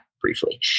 briefly